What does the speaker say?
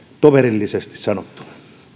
toverillisesti sanottuna